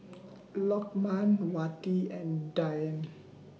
Lokman Wati and Dian